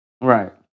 Right